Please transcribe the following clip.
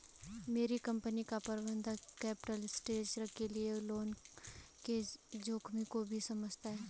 मेरी कंपनी का प्रबंधन कैपिटल स्ट्रक्चर के लिए लोन के जोखिम को भी समझता है